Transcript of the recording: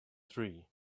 three